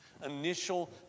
initial